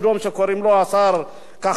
שקוראים לו השר כחלון,